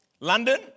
London